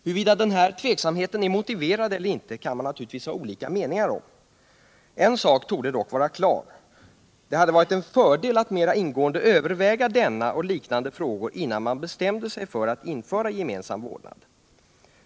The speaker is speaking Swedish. Huruvida denna tveksamhet är motiverad eller inte kan man naturligtvis ha olika meningar om. En sak torde dock vara klar: det hade varit en fördel att mera ingående överväga denna och liknande frågor innan man bestämde sig för att införa gemensam vårdnad.